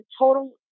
total